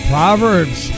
Proverbs